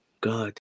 god